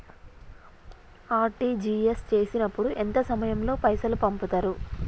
RTGS చేసినప్పుడు ఎంత సమయం లో పైసలు పంపుతరు?